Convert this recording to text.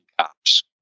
cops